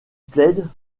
plaide